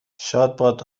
شادباد